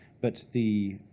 but the,